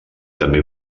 també